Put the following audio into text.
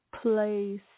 place